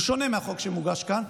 החוק שמוגש כאן,